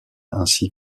ainsi